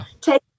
take